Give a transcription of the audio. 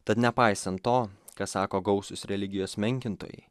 tad nepaisant to ką sako gausūs religijos menkintojai